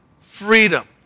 freedom